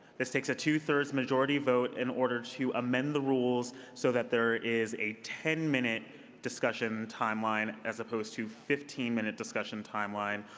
this takes a two-thirds majority vote in order to amend the rules so that there is a ten minute discussion timeline as opposed to fifteen minute discussion timeline.